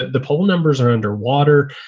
the poll numbers are under water.